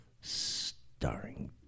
starring